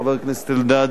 חבר הכנסת אלדד,